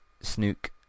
Snook